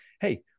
hey